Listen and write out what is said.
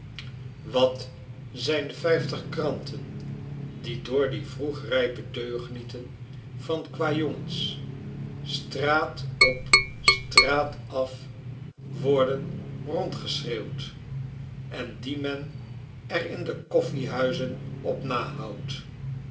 wat zijn de vijftig kranten die door die vroegrijpe deugnieten van kwajongens straat op straat af worden rondgeschreeuwd en die men er in de koffiehuizen op nahoudt